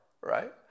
right